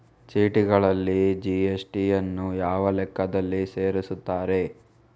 ಚೀಟಿಗಳಲ್ಲಿ ಜಿ.ಎಸ್.ಟಿ ಯನ್ನು ಯಾವ ಲೆಕ್ಕದಲ್ಲಿ ಸೇರಿಸುತ್ತಾರೆ?